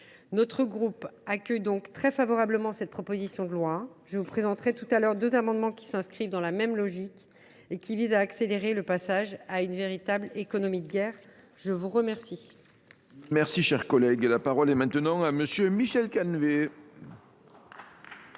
Notre groupe accueille donc très favorablement cette proposition de loi. Je vous présenterai tout à l’heure deux amendements qui s’inscrivent dans la même logique et qui visent à accélérer le passage à une véritable économie de guerre. La parole est à M. Michel Canévet.